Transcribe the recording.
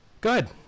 Good